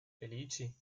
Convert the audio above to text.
felici